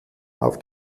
auf